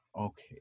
okay